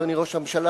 אדוני ראש הממשלה,